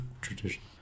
tradition